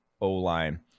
O-line